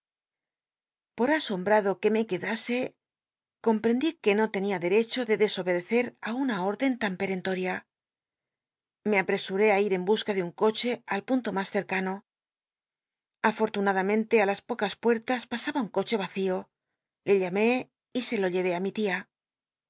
por asombtado que me quedase comprendí quo no tenia derecho de desobedecer t una órden tan perentoria l e apresu t'ó á ir en busca de un coche al punto mas cc cano afortunadamente á las pocas puertas pasaba un coche vacío le llamé y se lo llevé á mi tia